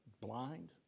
Blind